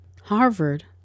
Harvard